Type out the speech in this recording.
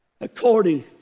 according